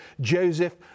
Joseph